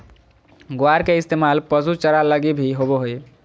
ग्वार के इस्तेमाल पशु चारा लगी भी होवो हय